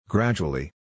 Gradually